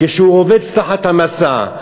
כשהוא רובץ תחת המשא,